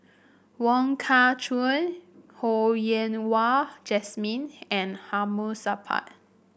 Wong Kah Chun Ho Yen Wah Jesmine and Hamid Supaat